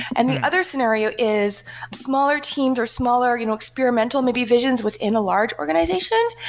and the other scenario is smaller teams, or smaller you know experimental, maybe, visions within a large organization,